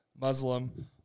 Muslim